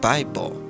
Bible